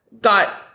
got